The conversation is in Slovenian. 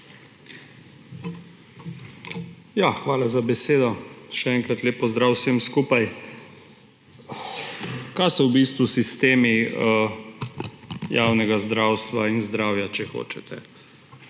Hvala za besedo. Še enkrat lep pozdrav vsem skupaj! Kaj so v bistvu sistemi javnega zdravstva in zdravja? To so